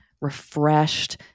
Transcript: refreshed